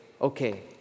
okay